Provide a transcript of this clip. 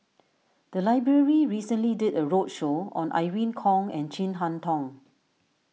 the library recently did a roadshow on Irene Khong and Chin Harn Tong